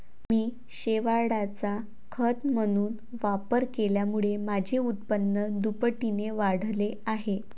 मी शेवाळाचा खत म्हणून वापर केल्यामुळे माझे उत्पन्न दुपटीने वाढले आहे